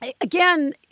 again